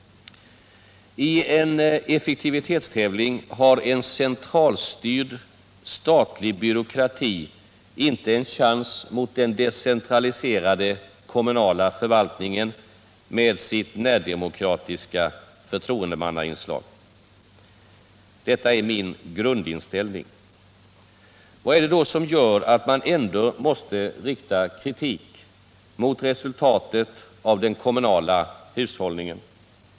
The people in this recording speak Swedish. I en effektivitetstävling har en centralstyrd statlig byråkrati inte en chans mot den decentraliserade kommunala förvaltningen med sitt närdemokratiska förtroendemannainslag. Detta är min grundinställning. Vad är det då som gör att man ändå måste rikta kritik mot resultatet av den kommunala hushållningen?